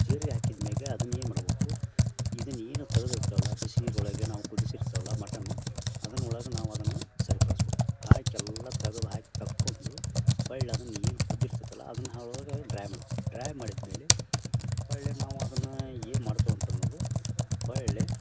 ಜೀರಿಗೆ ಹಾಕಿದ್ಮ್ಯಾಗೆ ಅದನ್ನ ಏನು ಮಾಡ್ಬಕು ಇದನ್ನೇನು ತಗದಿರ್ತೇವಲ್ಲ ಬಿಸ್ನೀರೊಳಗೆ ನಾವು ಕುದಿಸಿರ್ತೇವಲ್ಲ ಮಟನ್ನು ಅದನೊಳಗ ನಾವು ಅದನ್ನು ಸರಿಪಡ್ಸ್ಬಕು ಹಾಕೆಲ್ಲ ತೆಗದು ಹಾಕಿ ತಕ್ಕೊಂದು ಹೊಳ್ಳ ಅದನ್ನ ಏನು ಕುದ್ದಿರ್ತತಲ್ಲ ಅದನ್ನ ಹಳುವಾಗ ಡ್ರೈ ಮಾಡ್ಬಕು ಡ್ರೈ ಮಾಡಿದ್ಮೇಲೆ ಹೊಳ್ಳಿ ನಾವು ಅದನ್ನಾ ಏನ್ಮಾಡ್ತೇವೆ ಅಂತ ಅನ್ನೋದು ಹೊಳ್ಳಿ